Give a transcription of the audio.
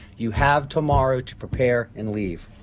you have tomorrow to prepare and leave.